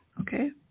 Okay